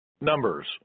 Numbers